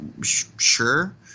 Sure